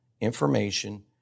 information